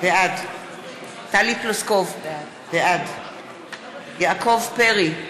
בעד טלי פלוסקוב, בעד יעקב פרי,